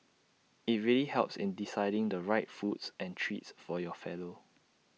IT really helps in deciding the right foods and treats for your fellow